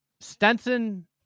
Stenson